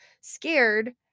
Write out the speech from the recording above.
scared